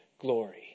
glory